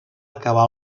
acabà